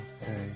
hey